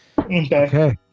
Okay